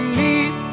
need